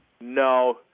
No